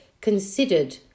considered